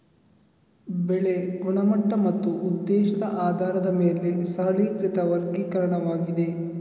ಬೆಳೆ ಗುಣಮಟ್ಟ ಮತ್ತು ಉದ್ದೇಶದ ಆಧಾರದ ಮೇಲೆ ಸರಳೀಕೃತ ವರ್ಗೀಕರಣವಾಗಿದೆ